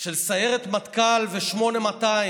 של סיירת מטכ"ל ו-8200?